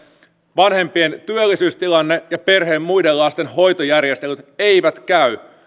vanhempien työllisyystilanne ja perheen muiden lasten hoitojärjestelyt eivät käy